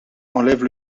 enlève